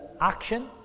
action